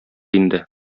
инде